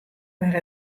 foar